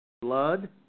blood